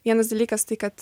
vienas dalykas tai kad